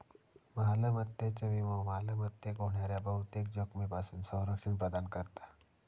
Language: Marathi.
मालमत्तेचो विमो मालमत्तेक होणाऱ्या बहुतेक जोखमींपासून संरक्षण प्रदान करता